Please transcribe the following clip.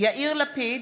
מלכיאלי,